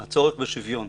הצורך בשוויון,